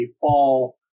fall